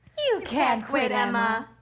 you can't quit emma.